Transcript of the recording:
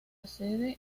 sede